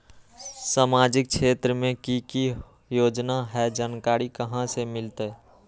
सामाजिक क्षेत्र मे कि की योजना है जानकारी कहाँ से मिलतै?